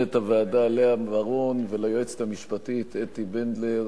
למנהלת הוועדה לאה ורון וליועצת המשפטית אתי בנדלר,